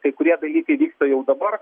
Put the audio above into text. kai kurie dalykai vyksta jau dabar